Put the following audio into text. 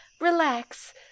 relax